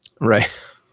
Right